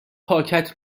پاکت